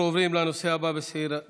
אנחנו עוברים לנושא הבא בסדר-היום,